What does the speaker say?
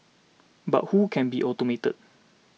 but who can be automated